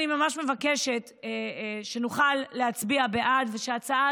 אני ממש מבקשת שנוכל להצביע בעד ושההצעה